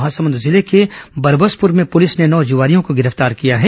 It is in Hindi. महासमुंद जिले के बरबसपुर में पुलिस ने नौ जुआरियों को गिरफ्तार किया है